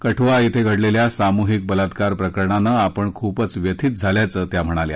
कठ्हा इथे घडलेल्या सामूहिक बलात्कार प्रकरणानं आपण खूपच व्यथित झाल्याचं त्या म्हणाल्या